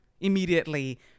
immediately